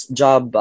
job